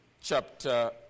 chapter